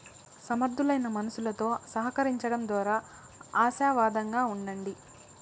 సమర్థులైన మనుసులుతో సహకరించడం దోరా ఆశావాదంగా ఉండండి